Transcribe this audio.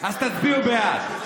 אז תצביעו בעד.